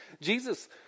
Jesus